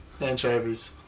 anchovies